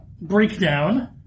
breakdown